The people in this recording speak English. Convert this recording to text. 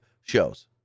shows